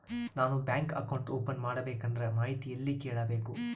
ನಾನು bank account open ಮಾಡಬೇಕಂದ್ರ ಮಾಹಿತಿ ಎಲ್ಲಿ ಕೇಳಬೇಕು?